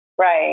right